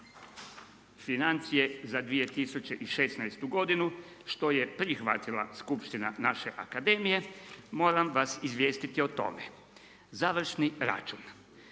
financije za 2016. godinu što je prihvatila skupština naše akademije moram vas izvijestiti o tome. Završni račun